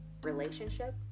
relationship